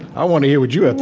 i want to hear what you have